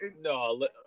no